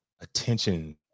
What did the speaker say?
attention